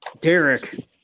Derek